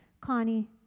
Connie